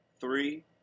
three